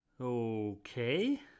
Okay